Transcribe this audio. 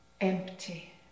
empty